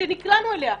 שנקלענו אליה.